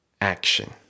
Action